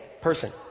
person